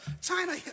China